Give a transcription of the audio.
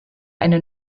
eine